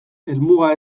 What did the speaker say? helmuga